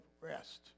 rest